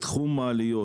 בתחום המעליות,